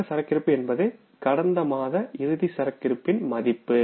தொடக்க சரக்கிருப்பு என்பது கடந்த மாத இறுதி சரக்கிருப்பின் மதிப்பு